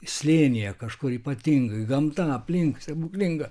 slėnyje kažkur ypatingai gamta aplink stebuklinga